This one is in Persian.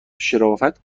شرافت